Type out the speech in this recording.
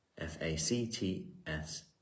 F-A-C-T-S